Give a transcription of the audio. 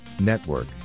network